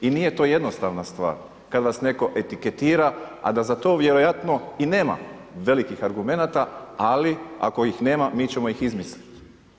I nije to jednostavna stvar kada vas netko etiketira, a da za to vjerojatno i nema velikih argumenata, ali ako ih nema mi ćemo ih izmisliti.